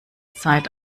zeit